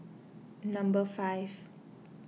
number five